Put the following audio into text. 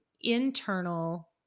internal